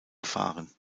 gefahren